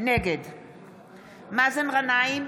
נגד מאזן גנאים,